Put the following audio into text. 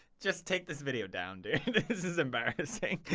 just take this video down, dude this is embarrassing